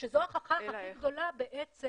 שזו ההוכחה הכי גדולה בעצם